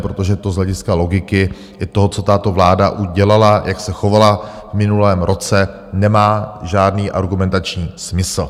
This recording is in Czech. Protože z hlediska logiky to, co tato vláda udělala, jak se chovala v minulém roce, nemá žádný argumentační smysl.